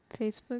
Facebook